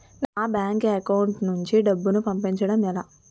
నా bank account నుంచి డబ్బును పంపించడం ఎలా?